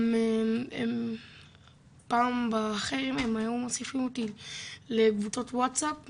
גם הם פעם בחרם הם היו מוסיפים אותי לקבוצות ווטסאפ,